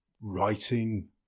writing